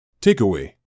Takeaway